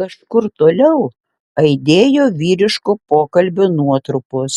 kažkur toliau aidėjo vyriško pokalbio nuotrupos